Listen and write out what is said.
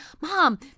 mom